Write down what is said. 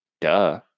duh